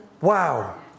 Wow